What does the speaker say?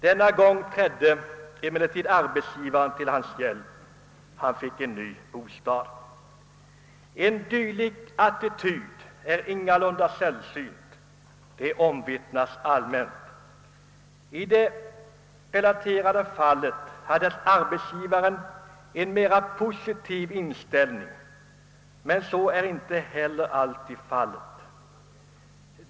Denna gång kom emellertid arbetsgivaren till hans hjälp och han fick en ny bostad. En dylik attityd är ingalunda sällsynt, det omvittnas allmänt. I det relaterade fallet hade arbetsgivaren en positiv inställning men så är inte alltid fallet.